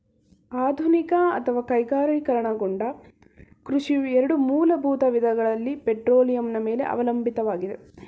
ಆಧುನಿಕ ಅಥವಾ ಕೈಗಾರಿಕೀಕರಣಗೊಂಡ ಕೃಷಿಯು ಎರಡು ಮೂಲಭೂತ ವಿಧಗಳಲ್ಲಿ ಪೆಟ್ರೋಲಿಯಂನ ಮೇಲೆ ಅವಲಂಬಿತವಾಗಿದೆ